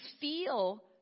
feel